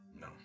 No